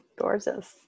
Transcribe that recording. Gorgeous